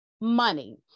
money